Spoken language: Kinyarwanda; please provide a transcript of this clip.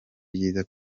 byiza